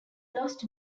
lost